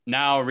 now